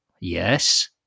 Yes